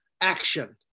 action